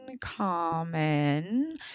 common